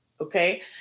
okay